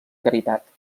caritat